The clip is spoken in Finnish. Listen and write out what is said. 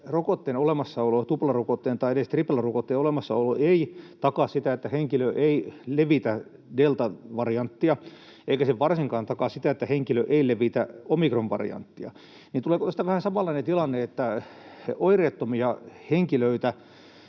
tuplarokotteen tai edes triplarokotteen olemassaolo, ei takaa sitä, että henkilö ei levitä deltavarianttia, eikä se varsinkaan takaa sitä, että henkilö ei levitä omikronvarianttia, niin tuleeko tästä vähän samanlainen tilanne, että oireettomia henkilöitä,